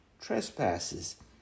trespasses